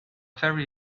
very